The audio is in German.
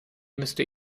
müsste